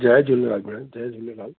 जय झूलेलाल भेण जय झूलेलाल